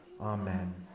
Amen